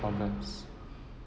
problems